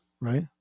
right